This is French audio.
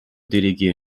déléguer